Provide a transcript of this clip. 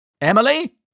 Emily